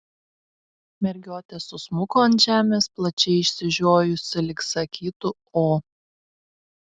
mergiotė susmuko ant žemės plačiai išsižiojusi lyg sakytų o